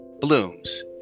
blooms